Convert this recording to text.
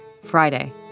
Friday